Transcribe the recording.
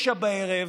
21:00,